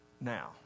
Now